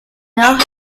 nord